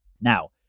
Now